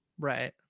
right